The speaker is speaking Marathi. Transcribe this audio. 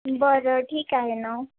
बरं ठीक आहे ना